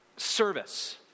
service